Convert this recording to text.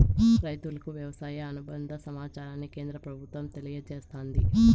రైతులకు వ్యవసాయ అనుబంద సమాచారాన్ని కేంద్ర ప్రభుత్వం తెలియచేస్తాది